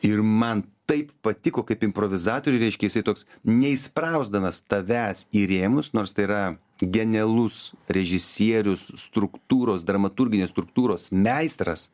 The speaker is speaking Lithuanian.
ir man taip patiko kaip improvizatoriui reiškia jisai toks ne įsprausdamas tavęs į rėmus nors tai yra genialus režisierius struktūros dramaturginės struktūros meistras